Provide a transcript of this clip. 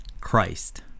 Christ